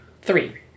Three